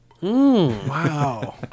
Wow